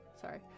Sorry